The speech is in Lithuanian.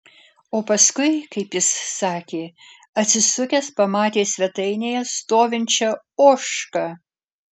o paskui kaip jis sakė atsisukęs pamatė svetainėje stovinčią ožką